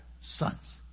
sons